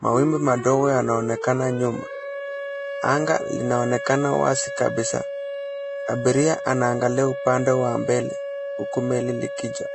Mawimbi madogo yanaonekana nyuma. Anga linaonekana wazi kabisa. Abiri anaangalia upande wa mbele huku meli likija.